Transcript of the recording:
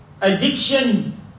addiction